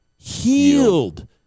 Healed